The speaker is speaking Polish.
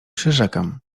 przyrzekam